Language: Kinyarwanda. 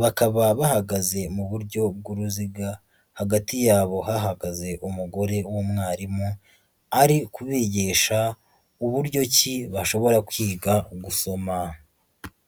bakaba bahagaze mu buryo bw'uruziga, hagati yabo hahagaze umugore w'umwarimu, ari ukubigisha uburyo ki bashobora kwiga gusoma.